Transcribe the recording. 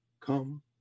come